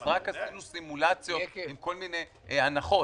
אז רק עשינו סימולציות עם כל מיני הנחות,